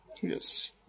Yes